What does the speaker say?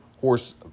Horse